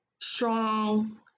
strong